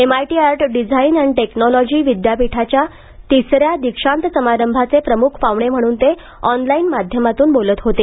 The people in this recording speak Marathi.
एमआयटी आर्ट डिझाइन आणि टेक्नॉलॉजी विद्यीपीठाच्या तिसऱ्या दीक्षांत समारभाचे प्रमुख पाहूणे म्हणून ते ऑनलाईन माध्यमातून बोलत होते